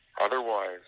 Otherwise